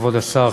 כבוד השר,